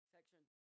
Section